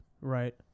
Right